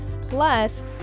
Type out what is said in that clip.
plus